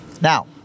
Now